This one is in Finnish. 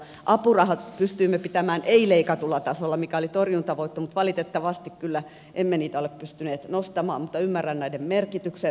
apurahat pystyimme pitämään ei leikatulla tasolla mikä oli torjuntavoitto mutta valitettavasti kyllä emme niitä ole pystyneet nostamaan mutta ymmärrän näiden merkityksen